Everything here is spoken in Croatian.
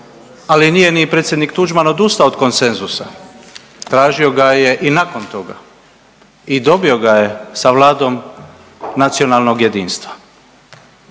Ali nije ni predsjednik Tuđman odustao od konsenzusa. Tražio ga je i nakon toga. I dobio ga je sa vladom nacionalnog jedinstva.